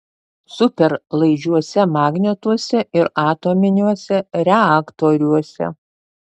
superlaidžiuose magnetuose ir atominiuose reaktoriuose